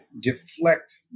deflect